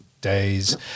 days